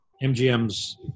MGM's